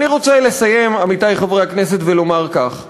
אני רוצה לסיים, עמיתי חברי הכנסת, ולומר כך: